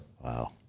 wow